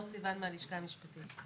סיון, מהלשכה המשפטית.